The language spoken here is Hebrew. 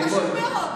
כן, חשוב מאוד.